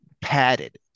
padded